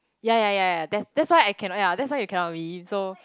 ya ya ya ya that that's why I cannot ya that's why you cannot win so